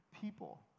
people